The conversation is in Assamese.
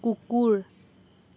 কুকুৰ